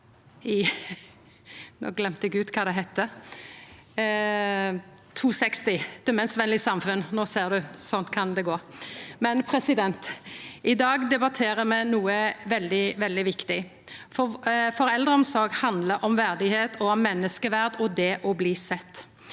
I dag debatterer vi noko veldig, veldig viktig, for eldreomsorg handlar om verdigheit og menneskeverd og det å bli sett.